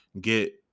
get